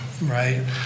right